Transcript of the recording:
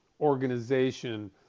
organization